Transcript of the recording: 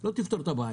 זה לא יפתור את הבעיה,